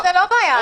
השר ביטון לא הנחה?